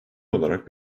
olarak